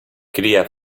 cria